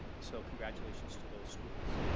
so congratulations to those schools.